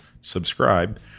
subscribe